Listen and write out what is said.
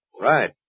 Right